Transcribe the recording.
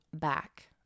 back